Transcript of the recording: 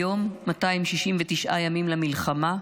היום 269 ימים למלחמה,